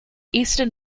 eastern